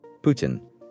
Putin